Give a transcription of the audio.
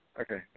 Okay